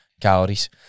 Calories